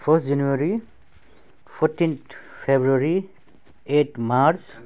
first January fourteenth February eight March